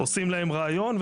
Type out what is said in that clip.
עושים להם ראיון,